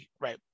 right